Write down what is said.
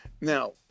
Now